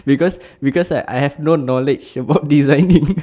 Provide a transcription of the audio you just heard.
because because I have no knowledge about designing